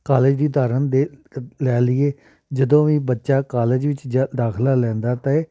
college ਦੀ ਉਦਾਹਰਨ ਦੇ ਲੈ ਲਈਏ ਜਦੋਂ ਵੀ ਬੱਚਾ ਕਾਲਜ ਵਿੱਚ ਜ ਦਾਖਲਾ ਲੈਂਦਾ ਅਤੇ